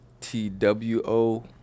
T-W-O